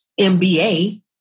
MBA